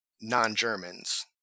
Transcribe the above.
non-Germans